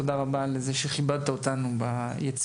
תודה רבה על כך שכיבדת אותנו ביצירות.